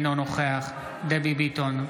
אינו נוכח דבי ביטון,